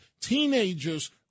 teenagers